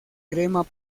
crema